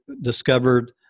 discovered